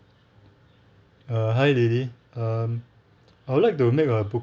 uh hi lily um I would like to make a book~